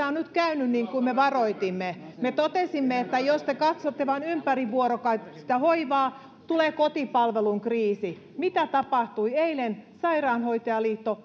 on nyt käynyt niin kuin me varoitimme me totesimme että jos te katsotte vain ympärivuorokautista hoivaa tulee kotipalvelun kriisi mitä tapahtui eilen sairaanhoitajaliitto